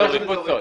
יש שלוש קבוצות.